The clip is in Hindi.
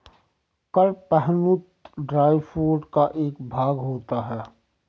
कड़पहनुत ड्राई फूड का एक भाग होता है